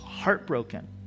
heartbroken